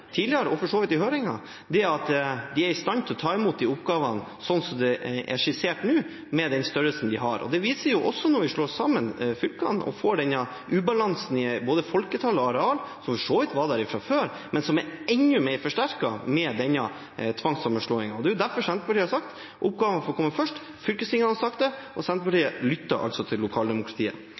tidligere – og for så vidt i høringen – at de er i stand til å ta imot de oppgavene som de er skissert nå, med den størrelsen de har. Det viser seg også når vi slår sammen fylkene og får denne ubalansen i både folketall og areal, som for så vidt var der fra før, men som er enda mer forsterket med denne tvangssammenslåingen. Det er derfor Senterpartiet har sagt: Oppgavene får komme først. Fylkestingene har sagt det, og Senterpartiet lytter til lokaldemokratiet.